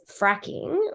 fracking